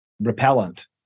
repellent